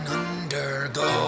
undergo